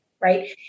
Right